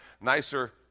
nicer